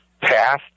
path